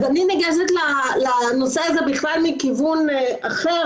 אני ניגשת לנושא הזה בכלל מכיוון אחר,